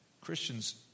Christians